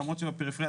למרות שבפריפריה,